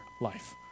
life